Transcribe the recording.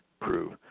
prove